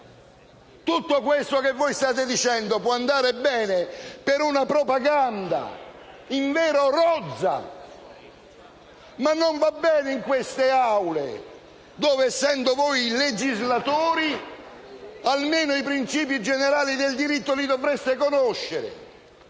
Tutto ciò che voi state dicendo può andare bene per una propaganda, invero rozza, ma non va bene in queste Aule dove, essendo voi legislatori, almeno i principi generali del diritto dovreste conoscere.